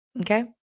Okay